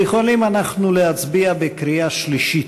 יכולים אנחנו להצביע בקריאה שלישית.